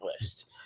list